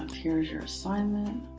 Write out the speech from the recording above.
here's your assignment.